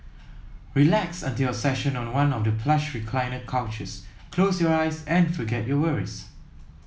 relax until your session on one of the plush recliner couches close your eyes and forget your worries